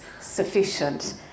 sufficient